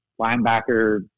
linebacker